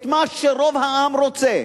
את מה שרוב העם רוצה,